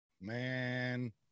man